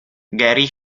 gary